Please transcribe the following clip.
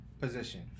position